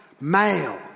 male